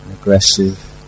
aggressive